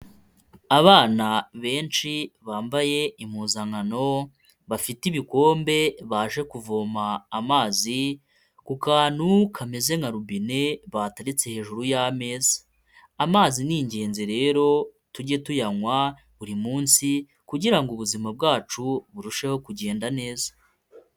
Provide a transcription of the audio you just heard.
Abana benshi bambaye impuzankano, bafite ibikombe, baje kuvoma amazi ku kantu kameze nka robine, bateretse hejuru y'ameza. Amazi ni ingenzi rero, tujye tuyanywa buri munsi kugira ngo ubuzima bwacu burusheho kugenda neza.